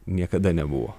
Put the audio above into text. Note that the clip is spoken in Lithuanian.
niekada nebuvo